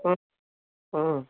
आं आं